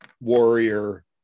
warrior